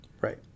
right